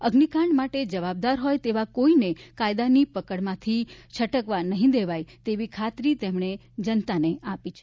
અગ્નિકાંડ માટે જવાબદાર હોય તેવા કોઈને કાયદાની પક્કડમાંથી છટકવા નહીં દેવાય તેવી ખાતરી તેમણે જનતાને આપી છે